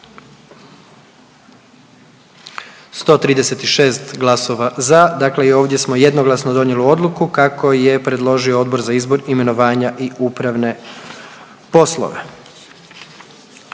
136 glasova za. Dakle i ovdje smo jednoglasno donijeli odluku kako je predložio Odbor za izbor, imenovanja i upravne poslove.